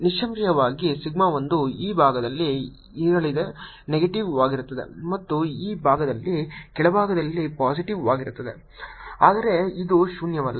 ನಿಸ್ಸಂಶಯವಾಗಿ ಸಿಗ್ಮಾ 1 ಈ ಭಾಗದಲ್ಲಿ ಇರಲಿದೆ ನೆಗೆಟಿವ್ವಾಗಿರುತ್ತದೆ ಮತ್ತು ಈ ಭಾಗದಲ್ಲಿ ಕೆಳಭಾಗದಲ್ಲಿ ಪಾಸಿಟಿವ್ವಾಗಿರುತ್ತದೆ ಆದರೆ ಅದು ಶೂನ್ಯವಲ್ಲ